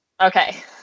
okay